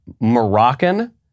Moroccan